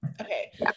Okay